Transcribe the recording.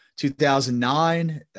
2009